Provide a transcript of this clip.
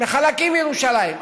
מחלקים מירושלים.